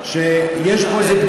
הם לא יצליחו.